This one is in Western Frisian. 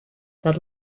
dat